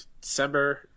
December